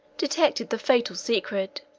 detected the fatal secret